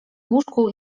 łóżku